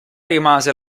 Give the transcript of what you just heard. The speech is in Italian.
rimase